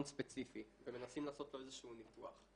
ספציפי ומנסים לעשות לו איזשהו ניתוח,